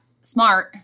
smart